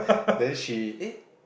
then she eh